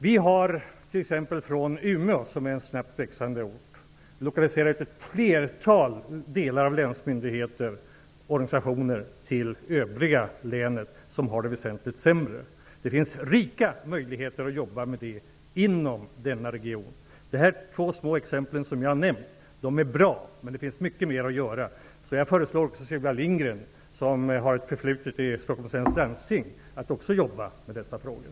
Vi har t.ex. från Umeå, som är en snabbt växande ort, lokaliserat ut delar av länsmyndigheter och organisationer till övriga delar av länet, som har det väsentligt sämre. Det finns rika möjligheter att arbeta vidare med det inom denna region. De här små sakerna som jag har nämnt är bra, men det finns mycket mer att göra. Jag föreslår Sylvia Lindgren, som har ett förflutet i Stockholms läns landsting, att också arbeta med dessa frågor.